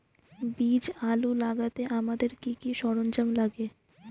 বীজ আলু লাগাতে আমাদের কি কি সরঞ্জাম লাগে?